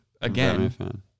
Again